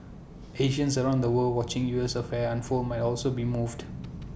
Asians around the world watching U S affairs unfold might also be moved